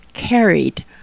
carried